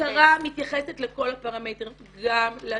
הבקרה מתייחסת לכל הפרמטרים גם לפיזי,